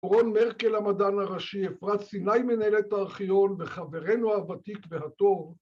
דורון מרקל המדען הראשי, אפרת סיני מנהלת הארכיון וחברנו הוותיק והטוב